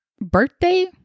birthday